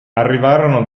arrivarono